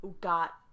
got